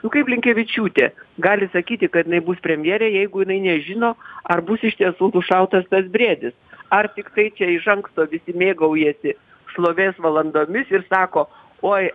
nu kaip blinkevičiūtė gali sakyti kad jinai bus premjerė jeigu jinai nežino ar bus iš tiesų nušautas tas briedis ar tiktai tie iš anksto visi mėgaujasi šlovės valandomis ir sako oi